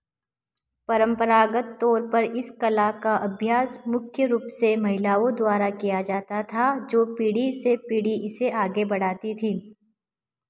परंपरागत तौर पर इस कला का अभ्यास मुख्य रूप से महिलाओं द्वारा किया जाता था जो पीढ़ी से पीढ़ी इसे आगे बढ़ाती थीं